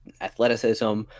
athleticism